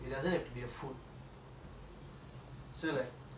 so like you deserve to eat this